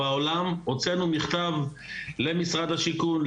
בעולם הוצאנו מכתב למשרד השיכון,